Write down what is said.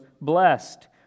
blessed